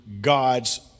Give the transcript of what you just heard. God's